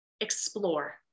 explore